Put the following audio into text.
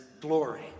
glory